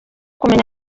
kumenya